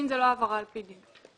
הוא לא העברה על פי דין.